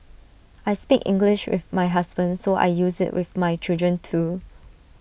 I speak English with my husband so I use IT with my children too